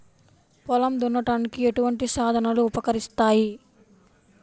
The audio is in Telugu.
పొలం దున్నడానికి ఎటువంటి సాధనలు ఉపకరిస్తాయి?